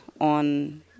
on